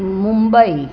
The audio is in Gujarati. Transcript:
મુંબઈ